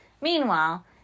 Meanwhile